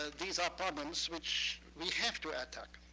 ah these are problems which we have to ah attack.